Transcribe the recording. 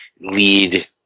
lead